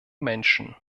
menschen